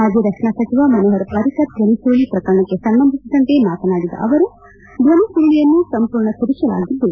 ಮಾಜಿ ರಕ್ಷಣಾ ಸಚಿವ ಮನೋಹರ್ ಪರಿಕ್ಕರ್ ಧ್ವನಿ ಸುರುಳಿ ಪ್ರಕರಣಕ್ಕೆ ಸಂಬಂಧಿಸಿದಂತೆ ಮಾತನಾಡಿದ ಅವರು ಧ್ವನಿ ಸುರುಳಿಯನ್ನು ಸಂಪೂರ್ಣ ತಿರುಚಲಾಗಿದ್ದು